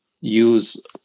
use